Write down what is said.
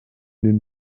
den